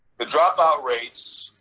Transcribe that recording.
the dropout rates